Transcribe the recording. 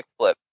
kickflip